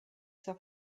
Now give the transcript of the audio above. zur